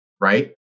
right